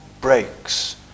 breaks